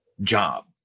Job